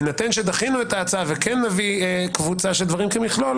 בהינתן שדחינו את ההצעה וכן נביא קבוצה של דברים כמכלול,